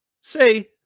say